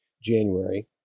January